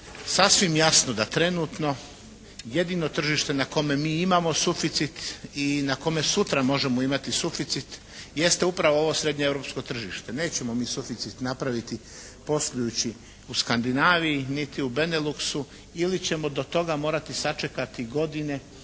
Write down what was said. sasvim jasno da trenutno jedino tržište na kome mi imamo suficit i na kome sutra možemo imati suficit jeste upravo ovo srednjeeuropsko tržište. Nećemo mi suficit napraviti poslujući u Skandinaviji niti u Beneluxu. Ili ćemo do toga morati sačekati godine